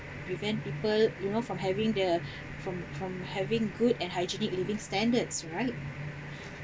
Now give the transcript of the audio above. prevent people you know from having the from from having good and hygienic living standards right